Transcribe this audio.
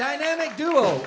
dynamic duo